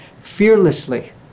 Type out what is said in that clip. Fearlessly